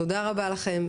תודה רבה לכם.